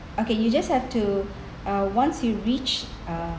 okay you just have to uh once you reach uh